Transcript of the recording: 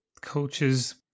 cultures